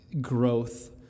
growth